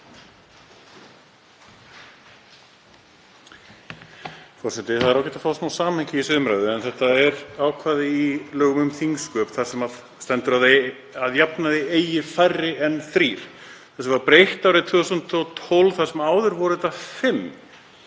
Það er ágætt að fá smá samhengi í þessa umræðu en þetta er ákvæði í lögum um þingsköp þar sem stendur að að jafnaði eigi færri en þrír. Þessu var breytt árið 2012 þar sem þetta